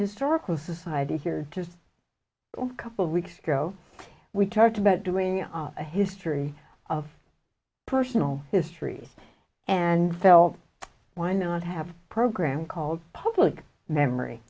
historical society here just a couple weeks ago we talked about doing a history of personal history and felt why not have a program called public memory